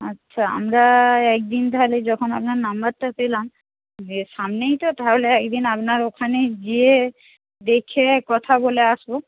আচ্ছা আমরা একদিন তাহলে যখন আপনার নম্বরটা পেলাম সামনেই তো তাহলে আপনার ওখানে গিয়ে দেখে কথা বলে আসবো